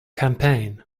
campaign